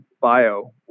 bio